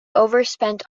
overspent